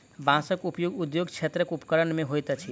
बांसक उपयोग उद्योग क्षेत्रक उपकरण मे होइत अछि